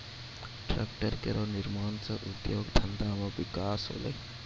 tractor केरो निर्माण सँ उद्योग धंधा मे बिकास होलै